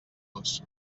los